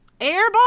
Airball